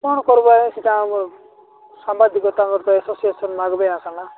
କ'ଣ କର୍ବ ଆଜ୍ଞା ସେଇଟା ଆମର ସାମ୍ବାଦିକ ତାଙ୍କର ତ ଏସୋସିଏସନ୍ ମାଗବେ ଆକା ନା